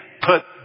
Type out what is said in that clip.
put